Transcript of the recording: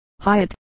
Hyatt